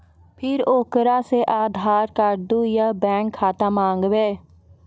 फिर ओकरा से आधार कद्दू या बैंक खाता माँगबै?